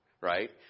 right